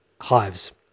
Hives